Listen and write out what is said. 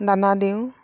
দানা দিওঁ